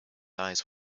eyes